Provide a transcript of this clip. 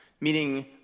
meaning